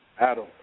Adam